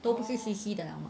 都不是 C_C 的 liao